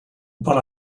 but